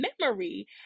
memory